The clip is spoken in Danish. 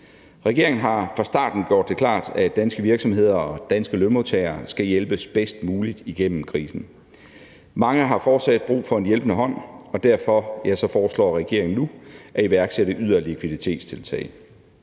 Regeringen har fra starten gjort det klart, at danske virksomheder og danske lønmodtagere skal hjælpes bedst muligt gennem krisen. Mange har fortsat brug for en hjælpende hånd, og derfor foreslår regeringen nu at iværksætte yderligere likviditetstiltag.